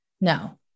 no